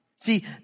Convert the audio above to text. See